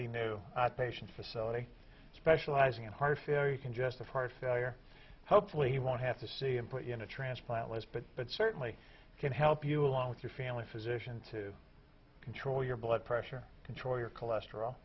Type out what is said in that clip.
a new patient facility specializing in heart failure congestive heart failure hopefully he won't have to see him put you in a transplant list but it certainly can help you along with your family physician to control your blood pressure control your cholesterol